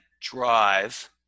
drive